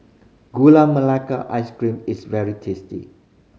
Gula Melaka Ice Cream is very tasty